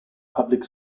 public